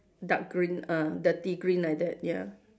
dark green ah dirty green like that ya